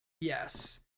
Yes